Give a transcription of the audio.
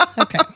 Okay